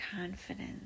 confidence